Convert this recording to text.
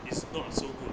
is not so good